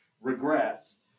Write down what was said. regrets